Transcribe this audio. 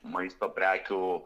maisto prekių